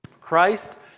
Christ